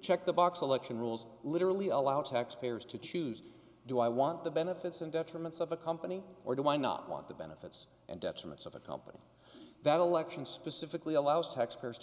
check the box election rules literally allow taxpayers to choose do i want the benefits and detriments of a company or do i not want the benefits and detriments of a company that election specifically allows taxpayers to